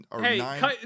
Hey